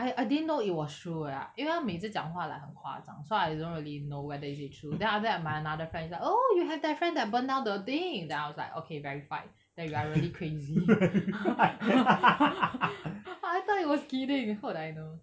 I I didn't know it was true eh 因为他每次讲话 like 很夸张 so I don't really know whether is it true then after that my another friend is like oh you have that friend that burn down the thing then I was like okay verified that you are really crazy I thought he was kidding how did I know